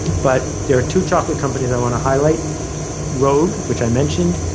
but there are two chocolate companies i want to highlight rogue, which i mentioned,